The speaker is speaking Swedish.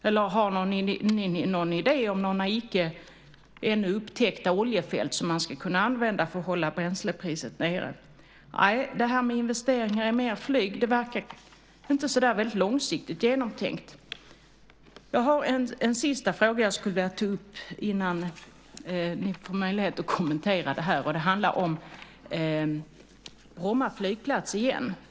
Eller har ni idéer om några ännu icke upptäckta oljefält som ska kunna användas för att hålla bränslepriset nere? Nej, detta med investeringar i mer flyg verkar inte särskilt långsiktigt genomtänkt. Jag har en sista punkt jag skulle vilja ta upp innan ni får möjlighet att kommentera det jag sagt. Det handlar om Bromma flygplats igen.